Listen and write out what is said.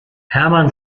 hermann